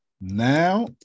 Now